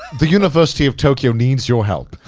the university of tokyo needs your help.